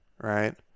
right